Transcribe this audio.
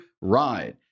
ride